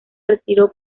retiró